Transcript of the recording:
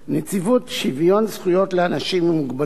נציבות שוויון זכויות לאנשים עם מוגבלות